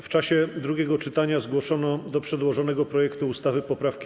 W czasie drugiego czytania zgłoszono do przedłożonego projektu ustawy poprawki.